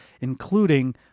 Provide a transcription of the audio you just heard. including